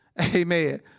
Amen